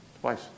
Twice